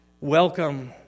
Welcome